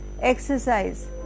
exercise